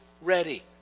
ready